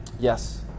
Yes